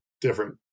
different